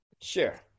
sure